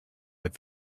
with